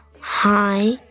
Hi